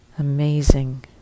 Amazing